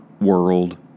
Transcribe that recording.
world